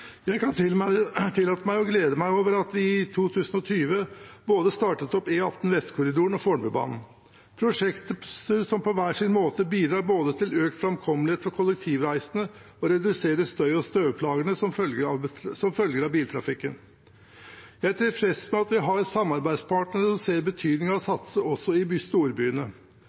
Jeg kan tillate meg å glede meg over at vi i 2020 startet opp både E18 Vestkorridoren og Fornebubanen, prosjekter som på hver sin måte både bidrar til økt framkommelighet for kollektivreisende og reduserer støy- og støvplagene som følger av biltrafikken. Jeg er tilfreds med at vi har samarbeidspartnere som ser betydningen av å satse også i storbyene.